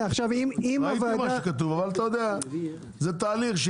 ראיתי מה שכתוב, אבל אתה יודע, זה תהליך.